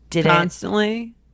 constantly